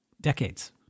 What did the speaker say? decades